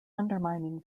undermining